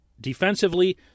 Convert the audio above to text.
Defensively